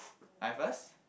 I first